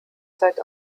seit